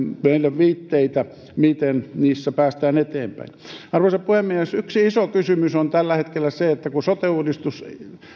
meille viitteitä miten niissä päästään eteenpäin arvoisa puhemies yksi iso kysymys on tällä hetkellä se että kun sote uudistus